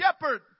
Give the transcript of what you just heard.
shepherd